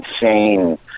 insane